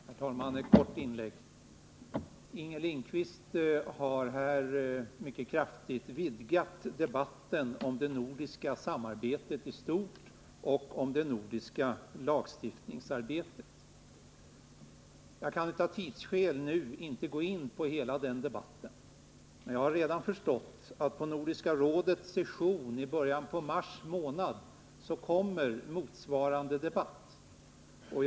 Herr talman! Ett kort inlägg. Inger Lindquist har här mycket kraftigt vidgat debatten om det nordiska samarbetet i stort och om det nordiska lagstiftningsarbetet. Jag kan av tidsskäl nu inte gå in på hela den debatten, men jag har redan förstått att vid Nordiska rådets session i början på mars kommer motsvarande debatt att föras.